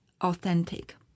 authentic